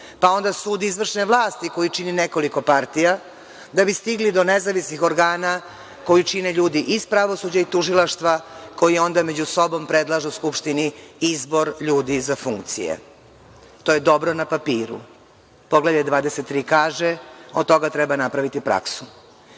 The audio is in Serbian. pa onda sud izvršne vlasti koji čini nekoliko partija, da bi stigli do nezavisnih organa koji čine ljudi iz pravosuđa i tužilaštva koji onda među sobom predlažu Skupštini izbor ljudi za funkcije. To je dobro na papiru. Poglavlje 23 kaže – od toga treba napraviti praksu.